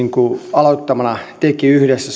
aloittamana teki yhdessä